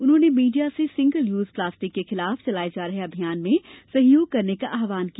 उन्होंने मीडिया से single use plastic के खिलाफ चलाये जा रहे अभियान में सहयोग करने का आहवान किया